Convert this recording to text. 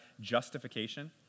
justification